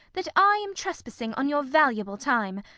that i am trespassing on your valuable time.